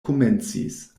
komencis